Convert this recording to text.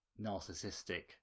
narcissistic